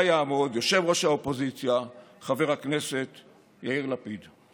יעמוד יושב-ראש האופוזיציה חבר הכנסת יאיר לפיד,